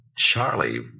Charlie